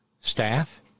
staff